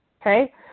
okay